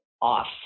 off